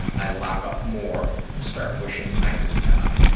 i lock up more and start wishing i could die.